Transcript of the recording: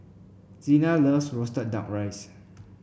Zina loves roasted duck rice